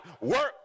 Work